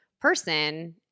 person